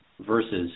versus